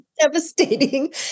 devastating